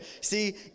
See